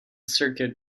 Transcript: circuit